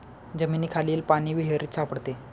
जमिनीखालील पाणी विहिरीत सापडते